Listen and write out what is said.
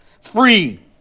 Free